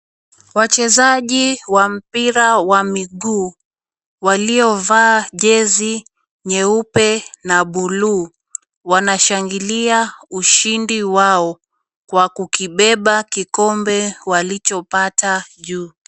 Wachezaji wa mpira wa miguu waliovaa jezi nyeupe na buluu wanashangilia ushindi wao kwa kukibeba kikombe walichopata juu.